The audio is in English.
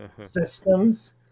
systems